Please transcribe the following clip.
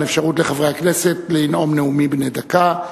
אפשרות לחברי הכנסת לנאום נאומים בני דקה.